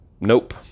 nope